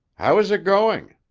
how is it going?